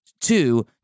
two